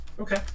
Okay